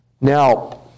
Now